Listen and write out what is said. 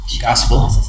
gospel